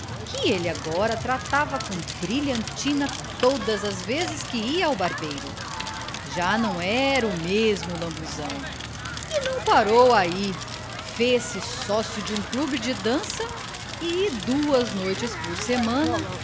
que ele agora tratava com brilhantina todas as vezes que ia ao barbeiro já não era o mesmo lambuzão e não parou aí fez-se sócio de um clube de dança e duas noites por semana